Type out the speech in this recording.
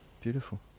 beautiful